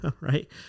right